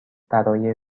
برای